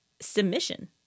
submission